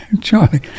Charlie